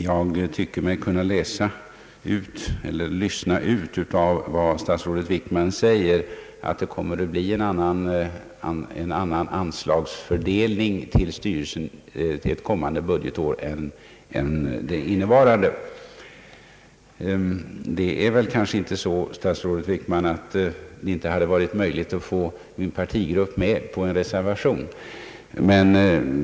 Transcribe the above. Jag tycker mig kunna lyssna ut av vad statsrådet Wickman säger att det kommer att bli en annan anslagsfördelning till styrelsen ett kommande budgetår än det innevarande. Det är kanske inte så, statsrådet Wickman, att det inte hade varit möjligt att få min partigrupp med på en reservation.